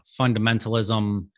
fundamentalism